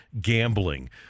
gambling